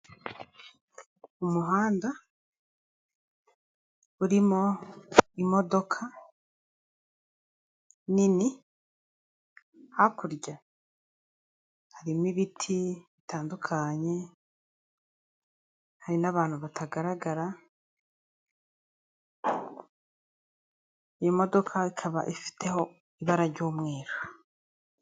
Umuhanda urimo imodoka nini, hakurya harimo ibiti bitandukanye, hari n'abantu batagaragara, iyi modoka ikaba ifiteho ibara ry'umweru.